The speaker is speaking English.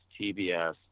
tbs